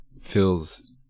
feels